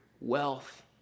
wealth